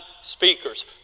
speakers